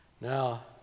now